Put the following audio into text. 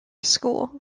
school